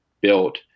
Built